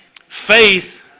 Faith